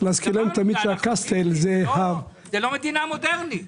זו לא מדינה מודרנית.